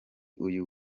uyu